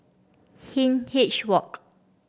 Hindhede Walk